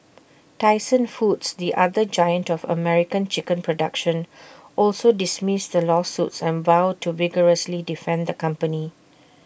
Tyson foods the other giant to American chicken production also dismissed the lawsuits and vowed to vigorously defend the company